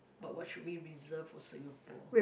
but should we reserve for Singapore